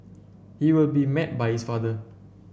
he will be met by his father